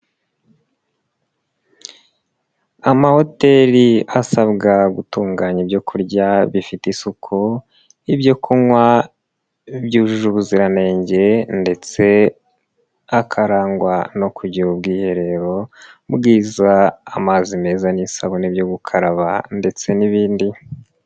Amahoteli asabwa gutunganya ibyo kurya bifite isuku, ibyo kunywa byujuje ubuziranenge ndetse akarangwa no kugira ubwiherero bwiza, amazi meza n'isabune byo gukaraba ndetse n'ibindi.